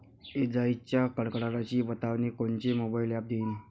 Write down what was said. इजाइच्या कडकडाटाची बतावनी कोनचे मोबाईल ॲप देईन?